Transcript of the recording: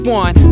one